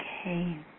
okay